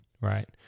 right